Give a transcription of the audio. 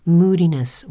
moodiness